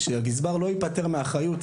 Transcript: על כך שהגזבר לא ייפטר מאחריות,